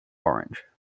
orange